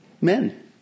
men